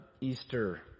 Easter